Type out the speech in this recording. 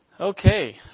Okay